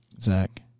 Zach